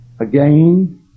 again